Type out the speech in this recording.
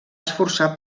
esforçar